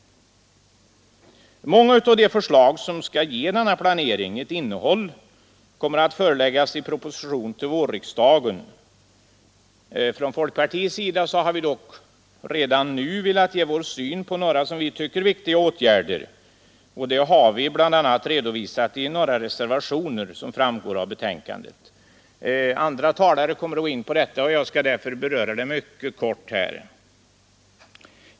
Många av de förslag som skall ge den här planeringen ett innehåll kommer att föreläggas vårriksdagen i en proposition. Från folkpartiets sida har vi dock redan nu bl.a. i några reservationer till detta betänkande velat ge vår syn på några, som vi tycker, viktiga åtgärder. Andra talare kommer att gå in på dessa, och jag skall därför beröra dem mycket kort.